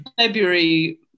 February